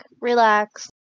relax